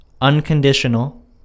Unconditional